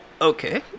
Okay